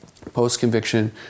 post-conviction